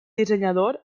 dissenyador